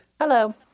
Hello